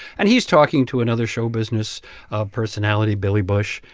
and he's talking to another show business personality, billy bush.